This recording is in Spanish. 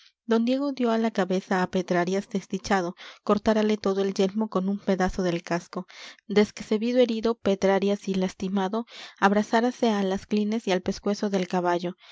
don diego dió á la cabeza á pedrarias desdichado cortárale todo el yelmo con un pedazo del casco desque se vido herido pedrarias y lastimado abrazárase á las clines y al pescuezo del caballo